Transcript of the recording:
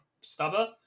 Stubber